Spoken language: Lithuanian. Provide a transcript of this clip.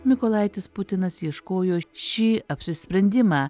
mykolaitis putinas ieškojo šį apsisprendimą